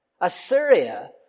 Assyria